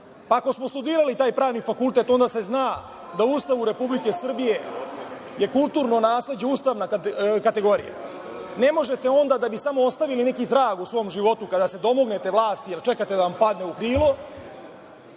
Ako smo studirali taj Pravni fakultet onda se zna da u Ustavu Republike Srbije je kulturno nasleđe ustavna kategorija. Ne možete onda da bi samo ostavili neki trag u svom životu kada se domognete vlasti, jer čekate da vam padne u krilo,